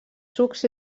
sucs